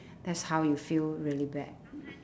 that's how you feel really bad